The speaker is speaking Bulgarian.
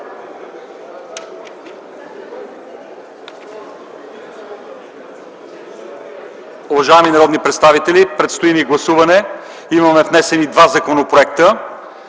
Уважаеми народни представители, предстои ни гласуване. Имаме внесени два законопроекта,